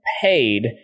paid